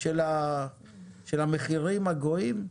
של המחירים הגואים?